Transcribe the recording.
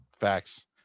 Facts